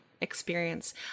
experience